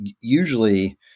usually